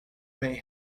may